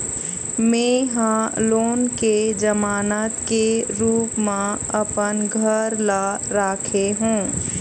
में ह लोन के जमानत के रूप म अपन घर ला राखे हों